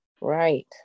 Right